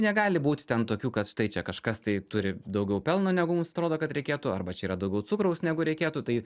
negali būti ten tokių kad štai čia kažkas tai turi daugiau pelno negu mums atrodo kad reikėtų arba čia yra daugiau cukraus negu reikėtų tai